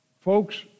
Folks